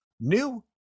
new